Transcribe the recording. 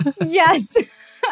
Yes